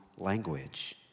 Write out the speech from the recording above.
language